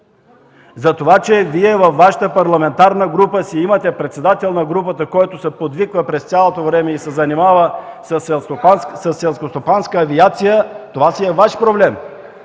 Това че в парламентарната Ви група си имате председател на групата, който подвиква през цялото време и се занимава със селскостопанска авиация, си е Ваш проблем.